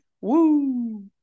Woo